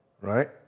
Right